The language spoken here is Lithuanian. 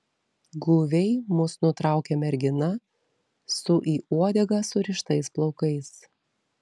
guviai mus nutraukia mergina su į uodegą surištais plaukais